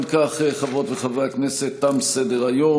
אם כך, חברות וחברי הכנסת, תם סדר-היום.